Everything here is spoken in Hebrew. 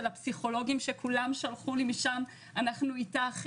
הפסיכולוגים שכולם שלחו לי משם אנחנו איתך בוועדה,